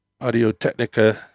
Audio-Technica